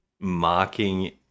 mocking